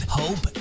hope